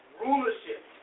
Rulership